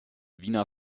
wiener